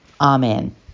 Amen